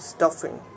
Stuffing